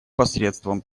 посредством